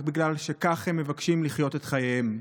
רק בגלל שכך הם מבקשים לחיות את חייהם.